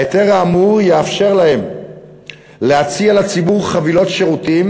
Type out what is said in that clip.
ההיתר האמור יאפשר להן להציע לציבור חבילות שירותים